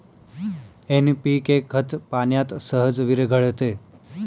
NPK खत पाण्यात सहज विरघळते